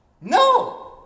No